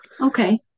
Okay